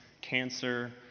cancer